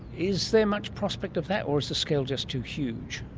is there much prospect of that or is the scale just too huge?